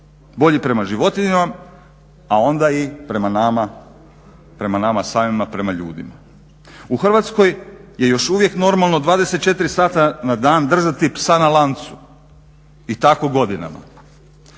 bolji prema životinjama, a onda prema nama samima prema ljudima. U Hrvatskoj je još uvijek normalno 24 sata na dan držati psa na lancu i tako godinama.